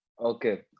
Okay